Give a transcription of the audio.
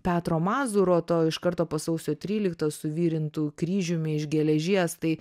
petro mazūro to iš karto po sausio tryliktos suvirintu kryžiumi iš geležies tai